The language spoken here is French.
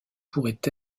pourrait